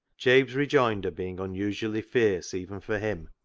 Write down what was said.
jabe's rejoinder being unusually fierce, even for him,